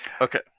Okay